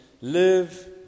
live